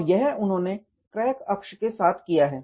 और यह उन्होंने क्रैक अक्ष के साथ किया है